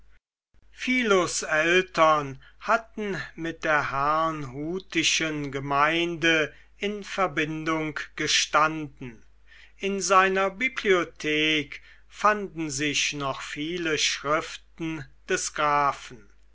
philos eltern hatten mit der herrnhutischen gemeinde in verbindung gestanden in seiner bibliothek fanden sich noch viele schriften des grafen